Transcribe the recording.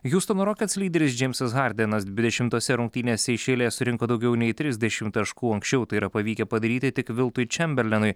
hiustono rockets lyderis džeimsas hardenas dvidešimtose rungtynėse iš eilės surinko daugiau nei trisdešimt taškų anksčiau tai yra pavykę padaryti tik viltui čemberlenui